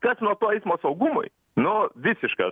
kas nuo to eismo saugumui nu visiškas